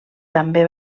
també